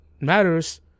matters